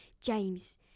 James